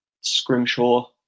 scrimshaw